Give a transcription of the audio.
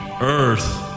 earth